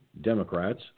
Democrats